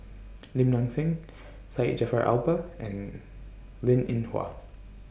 Lim Nang Seng Syed Jaafar Albar and Linn in Hua